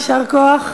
יישר כוח.